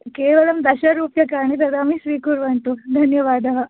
केवलं दशरूप्यकानि ददामि स्वीकुर्वन्तु धन्यवाद